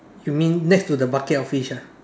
you mean next to the bucket of fish ah